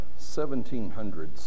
1700s